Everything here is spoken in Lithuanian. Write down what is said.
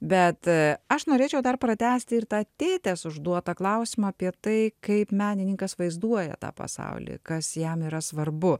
bet aš norėčiau dar pratęsti ir tą tėtės užduotą klausimą apie tai kaip menininkas vaizduoja tą pasaulį kas jam yra svarbu